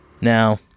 Now